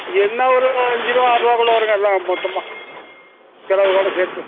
என்ன ஒரு அஞ்சு ரூபா ஆறு ரூபாக்குள்ள வருங்க எல்லாம் மொத்தமாக செலவோடு சேர்த்து